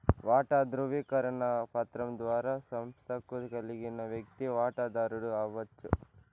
వాటా దృవీకరణ పత్రం ద్వారా సంస్తకు కలిగిన వ్యక్తి వాటదారుడు అవచ్చు